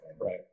Right